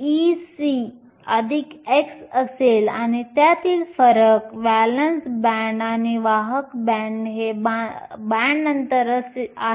Ec χ असेल आणि त्यातील फरक व्हॅलेन्स बँड आणि वाहक बँड हे बँड अंतर आहे